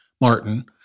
Martin